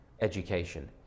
education